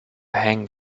hang